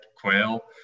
quail